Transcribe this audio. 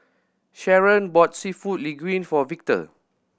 Sharron bought Seafood Linguine for Victor